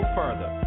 further